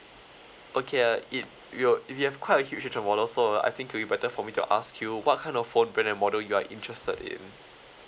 okay uh if you're we have quite a huge range of models so I think will you better for me to ask you what kind of phone brand and model you are interested in